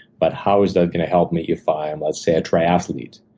but how is that gonna help me if i'm, let's say, a triathlete?